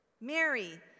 Mary